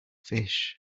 fish